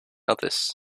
others